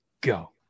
go